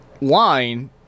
line